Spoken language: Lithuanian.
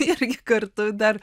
irgi kartu dar